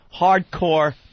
Hardcore